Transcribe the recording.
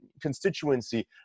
constituency